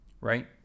right